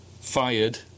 fired